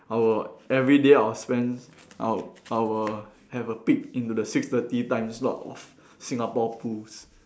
I will everyday I will spend I'll I will have a peek into the six thirty time slot of Singapore Pools